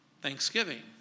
Thanksgiving